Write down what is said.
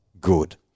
good